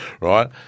right